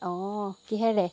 অঁ কিহেৰে